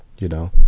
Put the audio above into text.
you know,